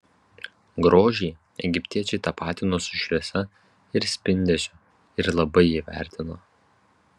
grožį egiptiečiai tapatino su šviesa ir spindesiu ir labai jį vertino